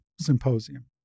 symposium